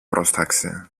πρόσταξε